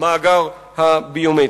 למאגר הביומטרי.